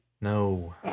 No